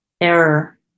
error